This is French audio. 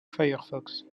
firefox